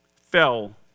fell